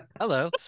Hello